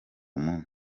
munsi